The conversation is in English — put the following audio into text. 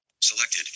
Selected